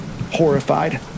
Horrified